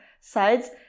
sides